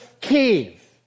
cave